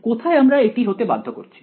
কোথায় আমরা এটি হতে বাধ্য করছি